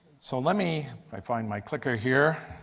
so let me find my clicker here